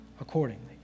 accordingly